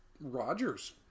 Rodgers